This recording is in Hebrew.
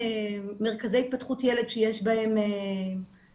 מרכזי התפתחות ילד שיש בהם פסיכולוגים,